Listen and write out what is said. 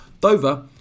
Dover